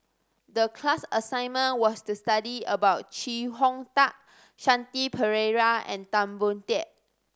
the class assignment was to study about Chee Hong Tat Shanti Pereira and Tan Boon Teik